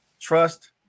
trust